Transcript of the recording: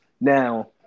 Now